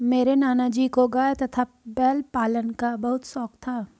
मेरे नाना जी को गाय तथा बैल पालन का बहुत शौक था